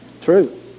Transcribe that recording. True